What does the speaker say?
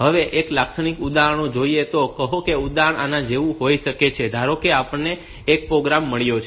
હવે એક લાક્ષણિક ઉદાહરણ જોઈએ તો કહો કે તે ઉદાહરણ આના જેવું હોઈ શકે છે ધારો કે આપણને એક પ્રોગ્રામ મળ્યો છે